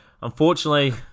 Unfortunately